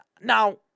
now